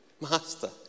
master